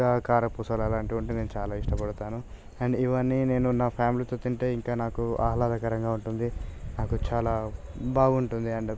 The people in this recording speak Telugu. కా కారపూసలు అలాంటివి ఉంటే నేను చాలా ఇష్టపడతాను అండ్ ఇవన్ని నేను నా ఫ్యామిలీతో తింటే ఇంకా నాకు ఆహ్లాదకరంగా ఉంటుంది నాకు చాలా బాగుంటుంది అండ్